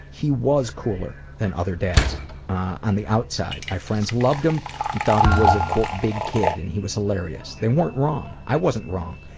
he was cooler than other dads on the outside. my friends loved him and thought he was a big kid and thought he was hilarious. they weren't wrong. i wasn't wrong.